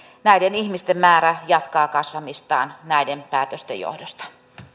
näiden ihmisten määrä jatkaa kasvamistaan näiden päätösten johdosta